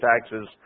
taxes